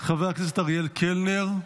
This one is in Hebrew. חבר הכנסת אריאל קלנר,